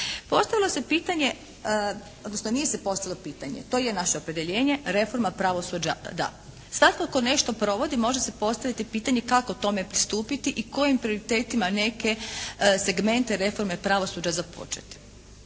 Postavilo se pitanje odnosno nije postavilo pitanje, to je naše opredjeljenje reforma pravosuđa da. Svatko tko nešto provodi može si postaviti pitanje kako tome pristupiti i kojim prioritetima neke segmente reforme pravosuđa započeti.